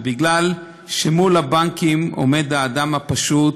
ובגלל שמול הבנקים עומד האדם הפשוט,